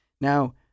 Now